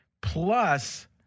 plus